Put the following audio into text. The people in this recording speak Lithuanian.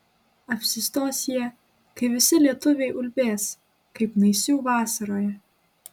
apsistos jie kai visi lietuviai ulbės kaip naisių vasaroje